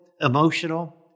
emotional